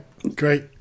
Great